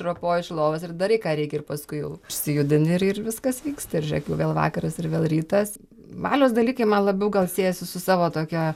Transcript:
ropoji iš lovos ir darai ką reikia ir paskui jau išsijudini ir ir viskas vyksta ir žiūrėk jau vėl vakaras ir vėl rytas valios dalykai man labiau gal siejasi su savo tokia